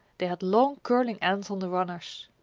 they had long curling ends on the runners.